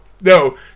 No